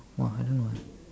!wah! I don't know